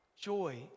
joy